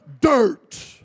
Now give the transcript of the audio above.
dirt